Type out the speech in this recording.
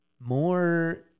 more